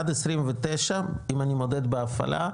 עד 2029 אם אני מודד בהפעלה,